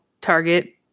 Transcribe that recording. target